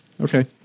Okay